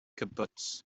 cibwts